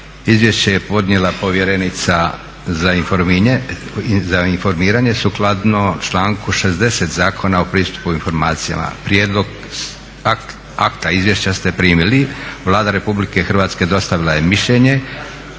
Izviješće je podnijela povjerenica za informiranje sukladno članku 60. Zakona o pristupu informacijama. Prijedlog akta izvješća ste primili. Vlada Republike Hrvatske dostavila je mišljenje.